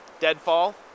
deadfall